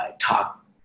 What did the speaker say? talk